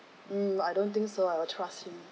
mm I don't think so I will trust him